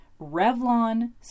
Revlon